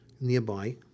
nearby